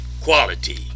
quality